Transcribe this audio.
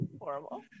horrible